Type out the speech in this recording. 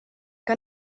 que